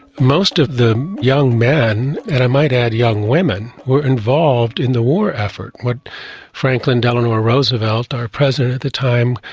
most of the young men and, i might add, young women, were involved in the war effort, what franklin delano roosevelt, our president at the time,